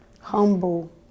Humble